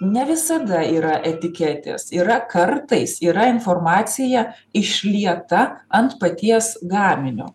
ne visada yra etiketės yra kartais yra informacija išlieta ant paties gaminio